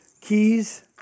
Keys